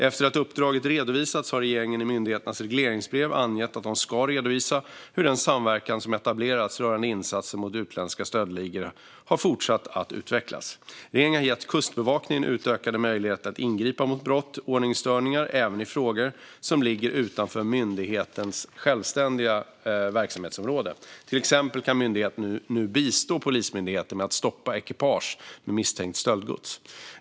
Efter att uppdraget redovisats har regeringen i myndigheternas regleringsbrev angett att de ska redovisa hur den samverkan som etablerats rörande insatser mot utländska stöldligor har fortsatt att utvecklas. Regeringen har gett Kustbevakningen utökade möjligheter att ingripa mot brott och ordningsstörningar även i frågor som ligger utanför myndighetens självständiga verksamhetsområde. Till exempel kan myndigheten nu bistå Polismyndigheten med att stoppa ekipage med misstänkt stöldgods.